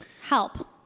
Help